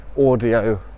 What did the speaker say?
audio